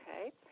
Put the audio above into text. Okay